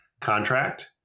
contract